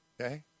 Okay